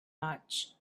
much